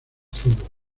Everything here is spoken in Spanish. fútbol